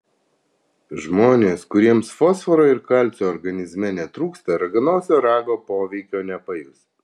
žmonės kuriems fosforo ir kalcio organizme netrūksta raganosio rago poveikio nepajus